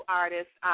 artists